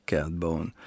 Catbone